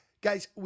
Guys